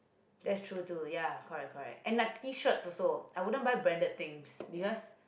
that's true too ya correct correct and like T shirt also I wouldn't buy branded things because